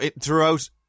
throughout